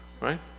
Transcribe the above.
right